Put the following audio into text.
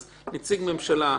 אז נציג ממשלה.